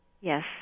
Yes